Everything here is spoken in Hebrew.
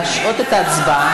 להשהות את ההצבעה.